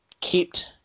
kept